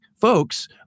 folks